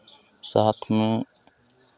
साथ में